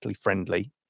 friendly